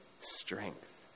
strength